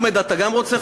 אחמד, אתה גם רוצה חולצה?